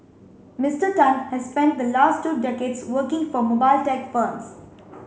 Mister Tan has spent the last two decades working for mobile tech firms